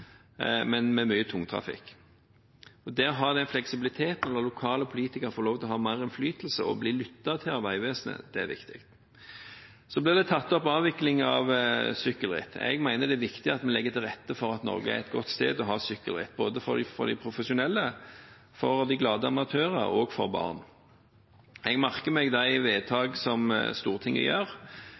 men med mye tungtrafikk. Det å ha den fleksibiliteten, å la lokale politikere få lov til å ha mer innflytelse og bli lyttet til av Vegvesenet, er viktig. Så ble avvikling av sykkelritt tatt opp. Jeg mener det er viktig at vi legger til rette for at Norge er et godt sted å ha sykkelritt, både for de profesjonelle, for de glade amatører og for barn. Jeg merker meg de vedtak som Stortinget gjør.